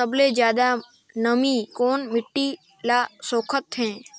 सबले ज्यादा नमी कोन मिट्टी ल सोखत हे?